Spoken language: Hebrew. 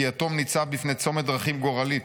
כי יתום ניצב בפני צומת דרכים גורלי: